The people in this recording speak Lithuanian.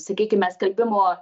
sakykime skalbimo